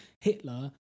hitler